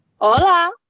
Hola